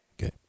okay